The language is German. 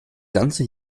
ganze